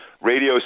Radio